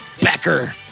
Becker